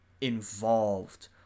involved